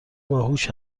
باهوش